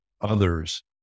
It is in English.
others